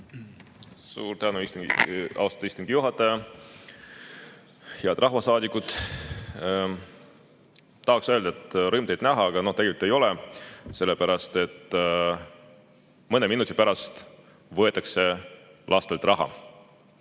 Suur tänu, austatud istungi juhataja! Head rahvasaadikud! Tahaksin öelda, et rõõm teid näha, aga tegelikult ei ole, sellepärast et mõne minuti pärast võetakse lastelt raha.